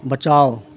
बचाउ